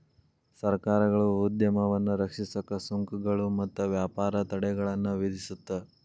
ಸರ್ಕಾರಗಳು ಉದ್ಯಮವನ್ನ ರಕ್ಷಿಸಕ ಸುಂಕಗಳು ಮತ್ತ ವ್ಯಾಪಾರ ತಡೆಗಳನ್ನ ವಿಧಿಸುತ್ತ